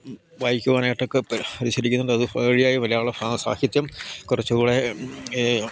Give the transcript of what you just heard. വായിക്കുവാനായിട്ടൊക്കെ പരിശീലിക്കുന്നുണ്ട് അത് വഴിയായി മലയാള സാഹിത്യം കുറച്ചും കൂടെ